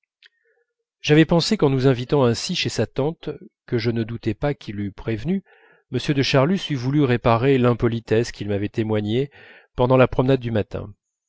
j'avais pensé qu'en nous invitant ainsi chez sa tante que je ne doutais pas qu'il eût prévenue m de charlus eût voulu réparer l'impolitesse qu'il m'avait témoignée pendant la promenade du matin